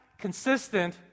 consistent